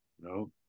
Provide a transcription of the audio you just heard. No